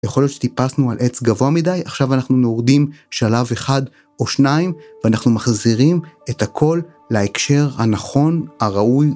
יכול להיות שטיפסנו על עץ גבוה מדי, עכשיו אנחנו יורדים שלב אחד או שניים, ואנחנו מחזירים את הכל להקשר הנכון, הראוי